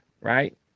right